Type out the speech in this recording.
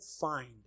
find